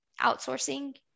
outsourcing